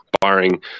barring